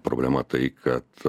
problema tai kad